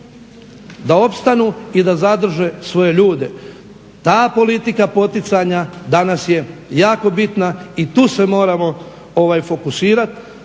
da opstanu i da zadrže svoje ljude. Ta politika poticanja danas je jako bitna i tu se moramo fokusirati.